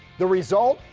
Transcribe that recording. the result,